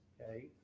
okay